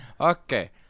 Okay